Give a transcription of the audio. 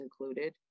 included